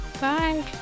bye